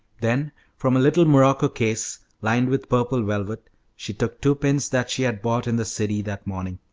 then from a little morocco case, lined with purple velvet, she took two pins that she had bought in the city that morning.